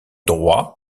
droit